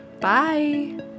Bye